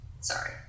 Sorry